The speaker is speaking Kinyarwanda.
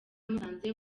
musanze